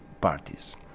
parties